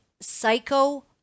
psycho